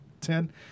ten